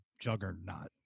juggernaut